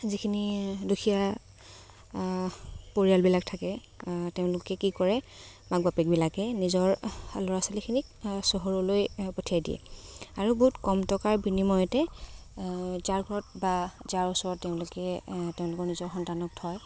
যিখিনি দুখীয়া পৰিয়ালবিলাক থাকে তেওঁলোকে কি কৰে মাক বাপেকবিলাকে নিজৰ ল'ৰা ছোৱালীখিনিক চহৰলৈ পঠিয়াই দিয়ে আৰু বহুত কম টকাৰ বিনিময়তে যাৰ ঘৰত বা যাৰ ওচৰত তেওঁলোকে তেওঁলোকৰ নিজৰ সন্তানক থয়